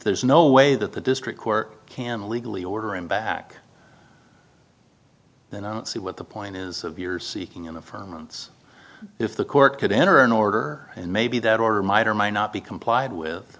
there's no way that the district court can legally order him back then i don't see what the point is of your seeking in the firms if the court could enter an order and maybe that order might or may not be complied with